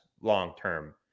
long-term